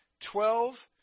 twelve